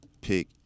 pick